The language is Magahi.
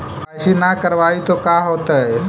के.वाई.सी न करवाई तो का हाओतै?